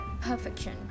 perfection